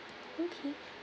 okay